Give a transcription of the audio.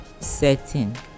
Setting